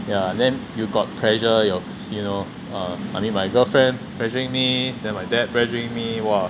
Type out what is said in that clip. ya then you got pressure your you know uh I mean my girlfriend pressuring me then my dad pressurising me !wah!